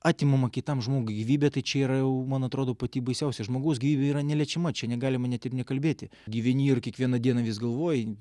atimama kitam žmogui gyvybė tai čia yra jau man atrodo pati baisiausia žmogaus gyvybė yra neliečiama čia negalima net ir nekalbėti gyveni ir kiekvieną dieną vis galvoji